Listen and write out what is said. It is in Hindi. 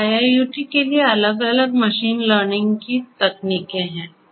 तो IIoT के लिए अलग अलग मशीन लर्निंग की तकनीकें हैं